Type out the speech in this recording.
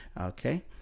okay